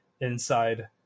inside